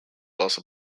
also